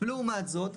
לעומת זאת,